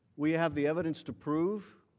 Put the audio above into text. we have the evidence to prove